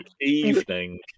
evening